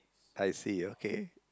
I see okay